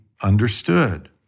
understood